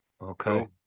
Okay